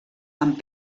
amb